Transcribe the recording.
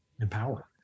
empower